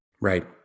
Right